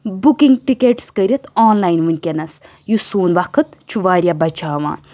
booking tickets کٔرِتھ online وُنکٮ۪نَس یُس سون وقت چھُ واریاہ بَچاوان